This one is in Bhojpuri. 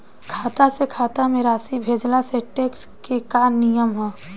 खाता से खाता में राशि भेजला से टेक्स के का नियम ह?